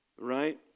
right